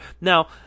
Now